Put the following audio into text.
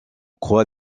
croix